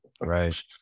Right